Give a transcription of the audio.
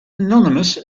anonymous